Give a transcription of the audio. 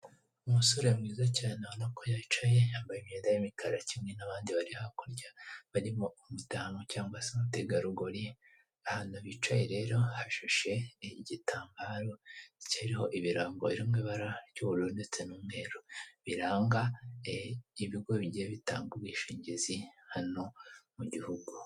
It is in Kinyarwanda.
Umusore mwiza cyane ubona ko yicaye yambaye imyenda y' mikara kimwe n'abandi bari hakurya .barimo umudamu cyangwa se umutegarugori , ahantu bicaye rero hasheshe igitambaro kiriho ibirango mu ibara ry'ubururu ndetse n'umweru biranga ibigo bigiye bitanga ubwishingizi hano mu gihugu.